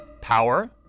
Power